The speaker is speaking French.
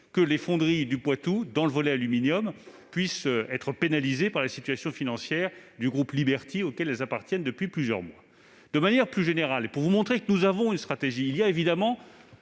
que les Fonderies du Poitou, dans leur volet aluminium, soient pénalisées par la situation financière du groupe Liberty, auxquelles elles appartiennent depuis plusieurs mois. De manière plus générale et pour vous montrer que nous avons une stratégie, je veux évoquer